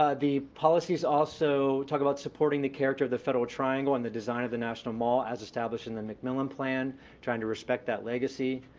ah the policies also talk about supporting the character of the federal triangle and the design of the national mall as established in the mcmillan plan trying to respect that legacy.